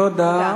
תודה.